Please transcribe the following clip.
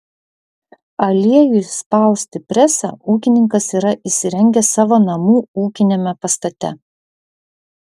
aliejui spausti presą ūkininkas yra įsirengęs savo namų ūkiniame pastate